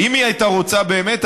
ואם היא הייתה רוצה באמת,